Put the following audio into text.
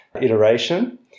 iteration